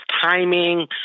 timing